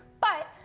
but,